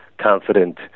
confident